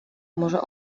może